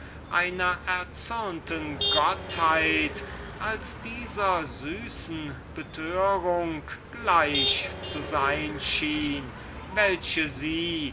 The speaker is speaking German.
einer erzürnten gottheit als dieser süßen betörung gleich zu sein schien welche sie